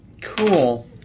Cool